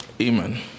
Amen